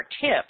tips